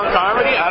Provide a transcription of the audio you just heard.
comedy